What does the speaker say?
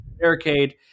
barricade